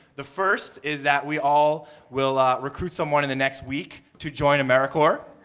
the first is that we all will ah recruit someone in the next week to join americorps.